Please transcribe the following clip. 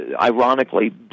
Ironically